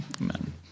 amen